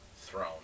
throne